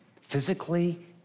physically